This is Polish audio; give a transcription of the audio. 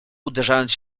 uderzając